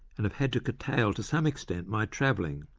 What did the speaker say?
and have had to curtail to some extent my travelling.